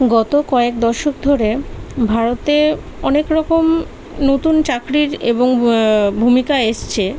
গত কয়েক দশক ধরে ভারতে অনেক রকম নতুন চাকরির এবং ভূমিকা এসছে